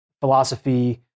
philosophy